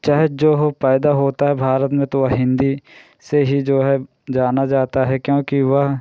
चाहे जो हो पैदा होता है भारत में तो वह हिन्दी से ही जो है जाना जाता है क्योंकि वह